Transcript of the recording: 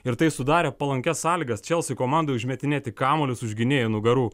ir tai sudarė palankias sąlygas chelsea komandai užmetinėti kamuolius už gynėjų nugarų